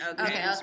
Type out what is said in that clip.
Okay